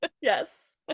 yes